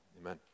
amen